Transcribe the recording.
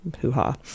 hoo-ha